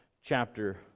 chapter